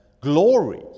glory